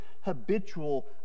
habitual